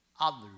others